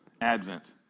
Advent